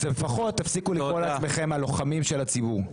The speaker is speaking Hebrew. אז לפחות תפסיקו לקרוא לעצמכם הלוחמים של הציבור.